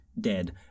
dead